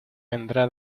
vendrá